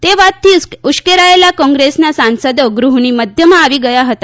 તે વાતથી ઉશ્કેરાયેલા કોંગ્રેસના સાંસદો ગુહની મધ્યમાં આવી ગયા હતા